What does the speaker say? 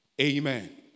amen